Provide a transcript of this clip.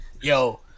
Yo